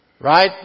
right